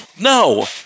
No